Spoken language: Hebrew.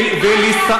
פתע.